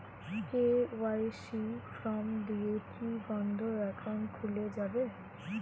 KYC form দিয়ে কি বন্ধ একাউন্ট খুলে যাবে?